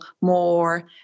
more